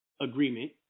agreement